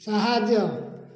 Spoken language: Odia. ସାହାଯ୍ୟ